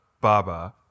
Baba